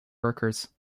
workers